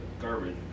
garbage